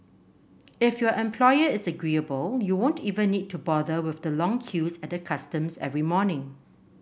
if your employer is agreeable you won't even need to bother with the long queues at the customs every morning